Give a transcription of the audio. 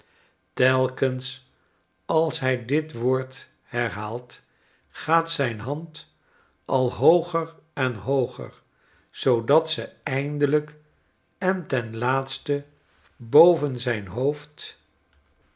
telkens alshij dit woord herhaalt gaat zyn hand al hooger en hooger zoodat ze eindelijk en ten laatste boven zijn hoofd